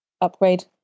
upgrade